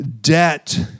debt